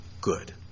good